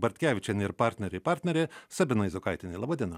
bartkevičienė ir partneriai ir partneriai partnerė sabina izokaitienė laba diena